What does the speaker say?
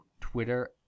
Twitter